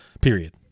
period